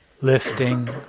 lifting